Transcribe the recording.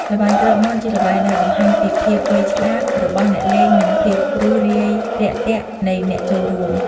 ល្បែងគ្របមាន់ជាល្បែងដែលបង្ហាញពី ភាពវៃឆ្លាត របស់អ្នកលេង និង ភាពរួសរាយរាក់ទាក់ នៃអ្នកចូលរួម។